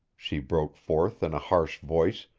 she broke forth in a harsh voice,